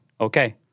Okay